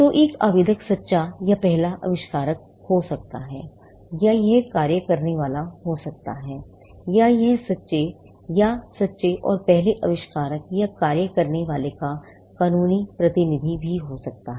तो एक आवेदक सच्चा या पहला आविष्कारक हो सकता है या यह कार्य करने वाला हो सकता है या यह सच्चे या सच्चे और पहले आविष्कारक या कार्य करने वाले का कानूनी प्रतिनिधि भी हो सकता है